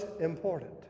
important